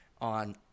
on